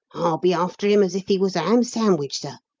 i'll be after him as if he was a ham sandwich, sir.